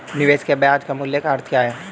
निवेश के ब्याज मूल्य का अर्थ क्या है?